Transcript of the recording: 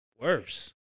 worse